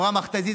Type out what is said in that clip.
עברה המכת"זית,